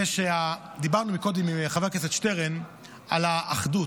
דיברנו קודם עם חבר הכנסת שטרן על האחדות.